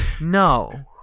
No